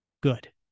Good